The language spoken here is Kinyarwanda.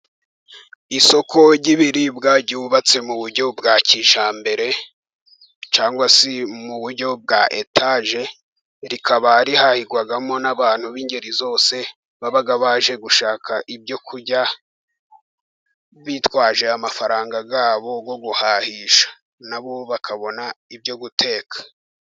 Isoko ry'ibiribwa ryubatse mu buryo bwa kijyambere, cyangwa se mu buryo bwa etaje, rikaba rihahirwamo n'abantu b'ingeri zose, baba baje gushaka ibyo kurya, bitwaje amafaranga yabo yo guhahisha. Nabo bakabona ibyo guteka.